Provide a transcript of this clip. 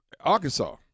Arkansas